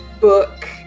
book